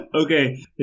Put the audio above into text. Okay